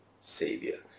Savior